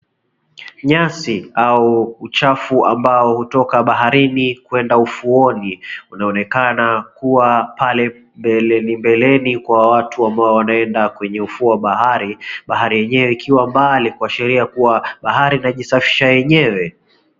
Nyasi au uchafu ambao hutoka baharini kuenda ufuoni, unaonekana kuwa pale mbeleni mbeleni kuwa watu wanaenda kwenye ufuo wa bahari, bahari yenyewe ikiwa mbali kuashiria kuwa bahari inajisafisha yenyewe.